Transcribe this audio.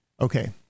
Okay